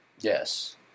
Yes